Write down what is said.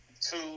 Two